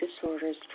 disorders